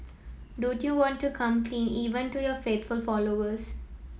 don't you want to come clean even to your faithful followers